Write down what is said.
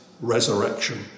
resurrection